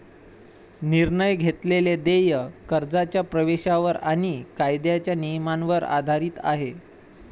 निर्णय घेतलेले देय कर्जाच्या प्रवेशावर आणि कायद्याच्या नियमांवर आधारित आहे